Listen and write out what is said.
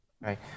Right